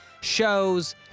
shows